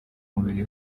mubiri